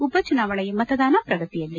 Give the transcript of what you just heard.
ಉಪಚುನಾವಣೆಯ ಮತದಾನ ಪ್ರಗತಿಯಲ್ಲಿ